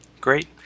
Great